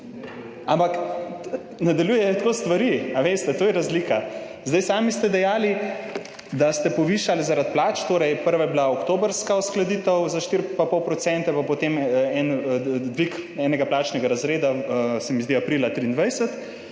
ne delujejo tako stvari. To je razlika. Sami ste dejali, da ste povišali zaradi plač, torej, prva je bila oktobrska uskladitev za 4,5 %, pa potem dvig enega plačnega razreda, se mi zdi, da aprila 23.